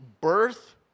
birth